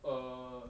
err